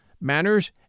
manners